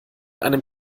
einem